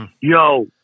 Yo